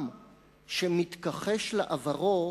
עם שמתכחש לעברו,